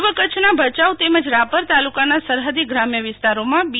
નો સેવા પર્વ કચ્છના ભચાઉ તેમજ રાપર તાલુકાના સરહદી ગ્રામ્ય વિસ્તરોમાં બી